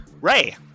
Ray